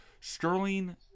Sterling